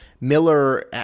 Miller